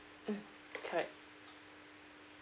mm correct